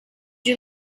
you